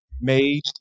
made